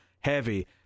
Heavy